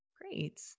Great